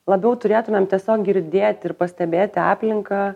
labiau turėtumėm tiesiog girdėti ir pastebėti aplinką